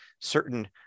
certain